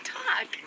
talk